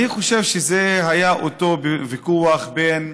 אני חושב שזה היה אותו ויכוח בין